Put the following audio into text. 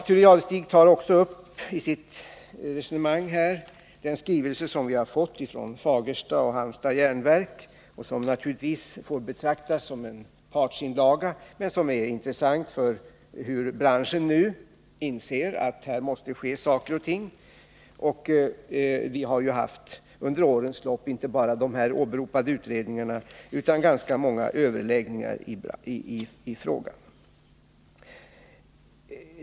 Thure Jadestig tar också i sitt resonemang upp den skrivelse som vi har fått från Fagersta AB och Halmstads Järnverks AB och som naturligtvis får betraktas som en partsinlaga men som är intressant därför att den visar att branschen nu inser att här måste ske saker och ting. Vi har ju under årens lopp haft inte bara de här åberopade utredningarna, utan även ganska många överläggningar i frågan.